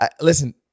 listen